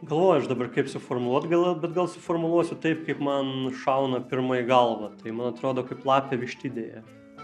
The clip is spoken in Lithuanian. galvoju aš dabar kaip suformuluot gal bet gal suformuluosiu taip kaip man šauna pirmą į galvą tai man atrodo kaip lapė vištidėje